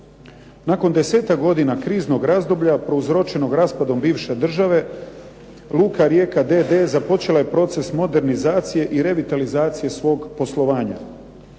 Nakon 10-ak godina kriznog razdoblja, prouzročenog raspadom bivše države luka Rijeka d.d. započela je proces modernizacije i revitalizacije svog poslovanja.